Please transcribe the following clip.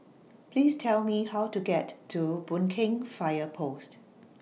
Please Tell Me How to get to Boon Keng Fire Post